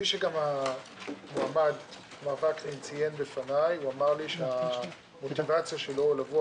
מר וקנין ציין בפניי שהמוטיבציה המרכזית שלו באה